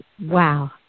wow